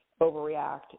overreact